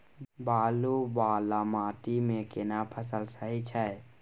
बालू वाला माटी मे केना फसल सही छै?